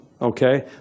Okay